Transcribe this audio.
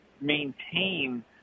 maintain